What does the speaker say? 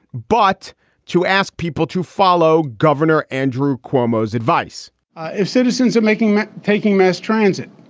but to ask people to follow, governor andrew cuomo is advice if citizens are making taking mass transit